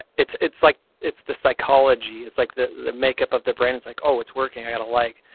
it's, it's like, it's the psychology, it's like the, the makeup of the brandon's like, oh, it's working. i gotta like,